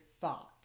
thoughts